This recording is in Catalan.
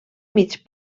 mig